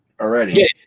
already